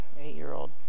eight-year-old